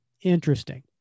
interesting